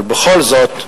בכל זאת,